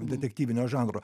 detektyvinio žanro